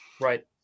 Right